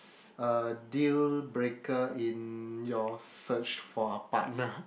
a dealbreaker in your search for a partner